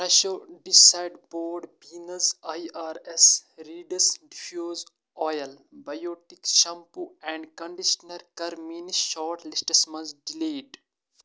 فرٛٮ۪شو ڈِسیڈ بوڈ بیٖنٕز آی آر اٮ۪س ریٖڈٕس ڈِفیوٗز آیِل بَیوٹِک شمپوٗ اینٛڈ کنٛڈِشنَر کَر میٛٲنِس شاٹ لِسٹَس منٛز ڈِلیٖٹ